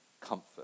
comfort